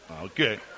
Okay